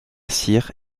cire